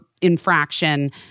infraction